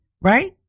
Right